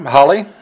Holly